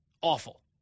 Awful